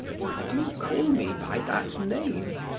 why do call me by that name?